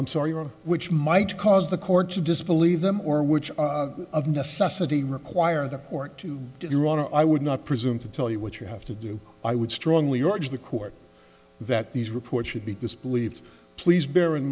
i'm sorry or which might cause the court to disbelieve them or which of necessity require the court to do you want to i would not presume to tell you what you have to do i would strongly urge the court that these reports should be disbelieved please bear in